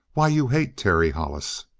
why, you hate terry hollis!